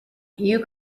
you